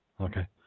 Okay